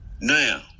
Now